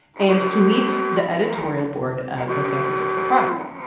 and he meets the editorial board of the san francisco chronicle.